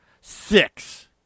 Six